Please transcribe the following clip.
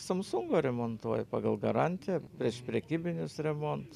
samsungo remontuoju pagal garantiją prieš prekybinius remontus